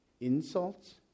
insults